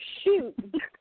Shoot